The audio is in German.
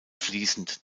fließend